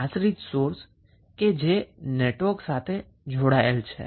dependent source કે જે network સાથે જોડાયેલ છે